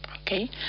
Okay